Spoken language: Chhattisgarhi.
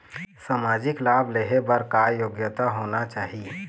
सामाजिक लाभ लेहे बर का योग्यता होना चाही?